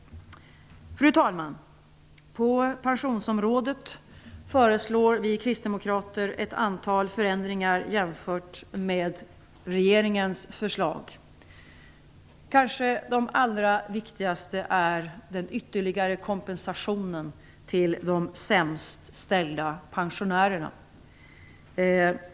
Fru talman! På pensionsområdet föreslår vi kristdemokrater ett antal förändringar jämfört med regeringens förslag. Den allra viktigast är kanske den ytterligare kompensationen till de sämst ställda pensionärerna.